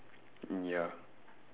ya